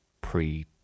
pre